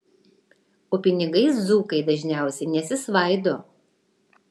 o pinigais dzūkai dažniausiai nesisvaido